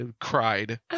cried